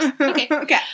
Okay